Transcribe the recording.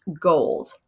gold